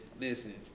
listen